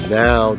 now